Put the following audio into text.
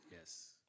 Yes